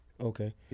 Okay